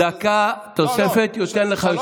דקה תוספת אני נותן לך.